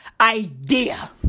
Idea